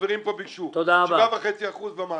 שהחברים פה ביקשו, 7.5% ומעלה.